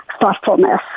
thoughtfulness